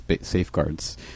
safeguards